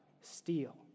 steal